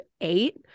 eight